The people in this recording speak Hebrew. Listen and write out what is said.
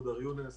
מודר יונס